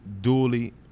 duly